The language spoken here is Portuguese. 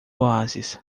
oásis